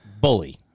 bully